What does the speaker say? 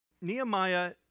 Nehemiah